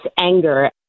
anger